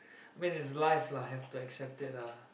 I mean it's life lah have to accept it lah